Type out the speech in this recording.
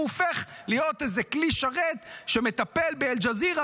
הוא הופך להיות איזה כלי שרת שמטפל באל-ג'זירה,